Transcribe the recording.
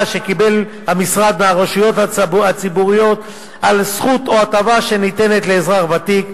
שקיבל המשרד והרשויות הציבוריות על זכות או הטבה שניתנת לאזרח ותיק,